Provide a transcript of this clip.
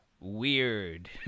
weird